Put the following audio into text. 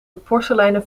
porseleinen